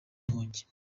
nkongi